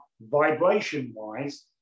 vibration-wise